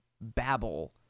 babble